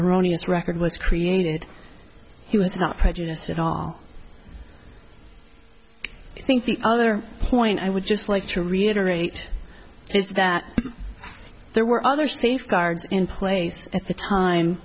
erroneous record was created he was not prejudiced at all i think the other point i would just like to reiterate is that there were other safeguards in place at the time